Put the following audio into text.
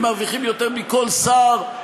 הם מרוויחים יותר מכל שר,